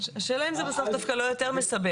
השאלה אם זה לא מסבך יותר.